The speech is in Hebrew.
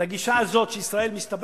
לגישה הזאת שישראל מסתבכת,